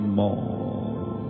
more